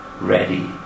ready